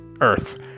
earth